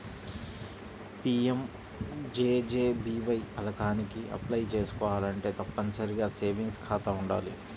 PMJJBY పథకానికి apply చేసుకోవాలంటే తప్పనిసరిగా సేవింగ్స్ ఖాతా వుండాలి